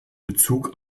bezug